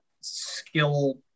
skill